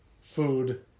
food